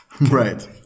Right